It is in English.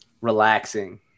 relaxing